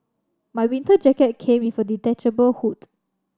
my winter jacket came with a detachable hood